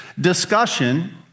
discussion